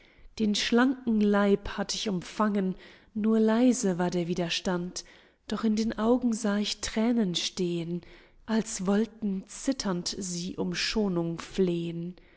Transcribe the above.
den schlanken leib hab ich umfangen nur leise war der widerstand doch in den augen sah ich thränen stehen als wollten zitternd sie um schonung flehen